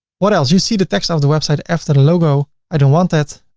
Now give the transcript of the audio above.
what else? you see the text of the website after the logo, i don't want that.